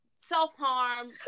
self-harm